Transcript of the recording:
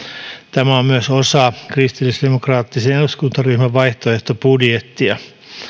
tämä on myös osa kristillisdemokraattisen eduskuntaryhmän vaihtoehtobudjettia